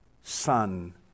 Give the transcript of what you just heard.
son